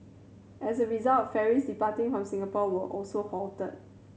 as a result ferries departing from Singapore were also halted